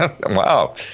Wow